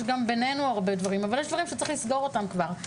יש גם בינינו הרבה דברים אבל יש דברים שצריכים להיסגר כבר.